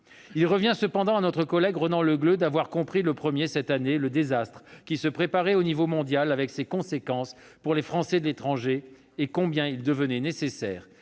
Il revient cependant à notre collègue Ronan Le Gleut d'avoir compris le premier cette année le désastre qui se préparait à l'échelle mondiale, avec ses conséquences pour les Français de l'étranger, et combien il devenait nécessaire